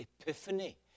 epiphany